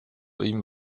ihm